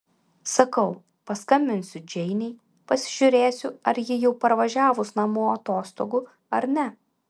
sakau paskambinsiu džeinei pasižiūrėsiu ar ji jau parvažiavus namo atostogų ar ne